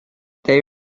they